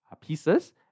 pieces